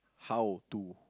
how to